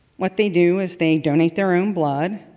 what they do is they donate their own blood